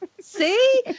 See